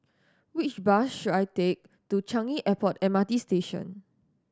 which bus should I take to Changi Airport M R T Station